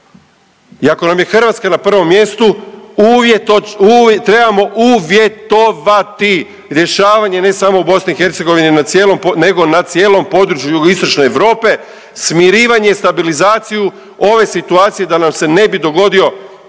I ako nam je Hrvatska na prvom mjestu, .../nerazumljivo/... trebamo uvjetovati rješavanje, ne samo u BiH, nego na cijelom području jugoistočne Europe, smirivanje, stabilizaciju ove situacije da nam se ne bi dogodio 10.